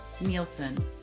Nielsen